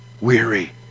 weary